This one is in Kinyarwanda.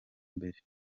mbere